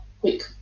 quick